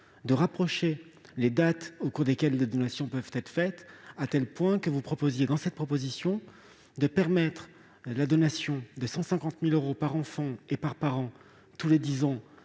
rapprocher les dates au cours desquelles des donations peuvent être faites, à tel point que vous proposiez de permettre la donation de 150 000 euros par enfant et par parent tous les dix ans,